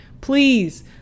Please